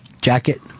jacket